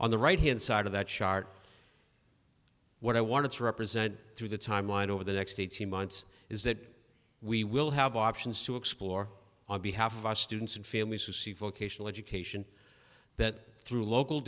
on the right hand side of that chart what i want to represent through the timeline over the next eighteen months is that we will have options to explore on behalf of our students and families who see vocational education that through local